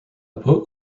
boat